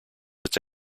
its